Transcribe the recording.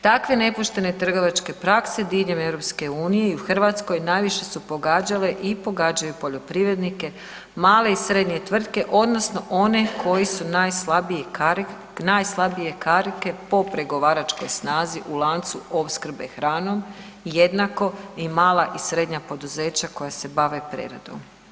Takve nepoštene trgovačke prakse diljem EU-a i u Hrvatskoj, najviše su pogađale i pogađaju poljoprivrednike, male i srednje tvrtke odnosno one koji su najslabije karike po pregovaračkoj snazi u lancu opskrbe hranom jednako i mala i srednja poduzeća koja se bave preradom.